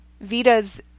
Vita's